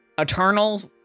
Eternals